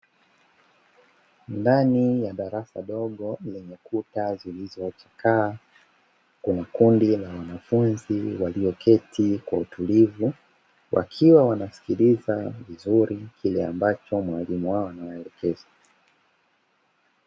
Ndani ya darasa dogo lenye kuta zilizochakaa, kuna kundi la wanafunzi walioketi kwa utulivu, wakiwa wanasikiliza vizuri kile ambacho mwalimu wao anawaelekeza.